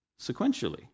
sequentially